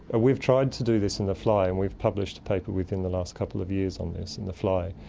ah we've tried to do this in the fly and we've published a paper within the last couple of years on this, in the fly.